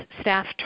staff